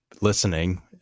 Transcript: listening